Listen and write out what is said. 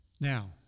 Now